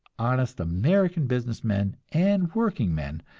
honest american business men and workingmen,